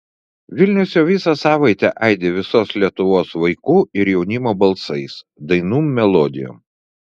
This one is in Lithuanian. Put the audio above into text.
vilnius jau visą savaitę aidi visos lietuvos vaikų ir jaunimo balsais dainų melodijom